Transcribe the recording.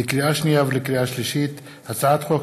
לקריאה שנייה ולקריאה שלישית: הצעת חוק